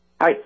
Hi